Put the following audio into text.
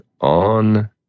on